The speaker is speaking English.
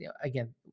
again